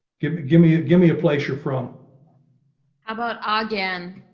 give me, give me, give me a place you're from about ah again.